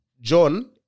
John